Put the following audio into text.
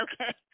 Okay